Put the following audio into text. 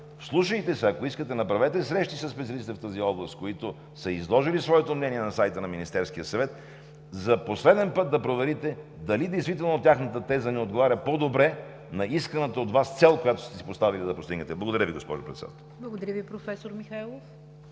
вслушайте се, ако искате, направете срещи със специалистите в тази област, които са изложили своето мнение на сайта на Министерския съвет, за последен път да проверите дали действително тяхната теза не отговаря по-добре на исканата от Вас цел, която сте си поставили да постигнете. Благодаря Ви, госпожо Председател. ПРЕДСЕДАТЕЛ НИГЯР ДЖАФЕР: Благодаря Ви, професор Михайлов.